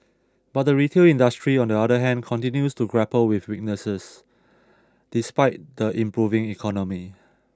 but the retail industry on the other hand continues to grapple with weaknesses despite the improving economy